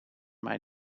mij